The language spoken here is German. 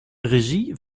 regie